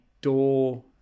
door